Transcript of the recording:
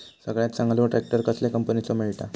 सगळ्यात चांगलो ट्रॅक्टर कसल्या कंपनीचो मिळता?